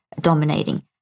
dominating